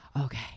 Okay